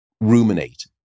ruminate